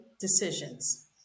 Decisions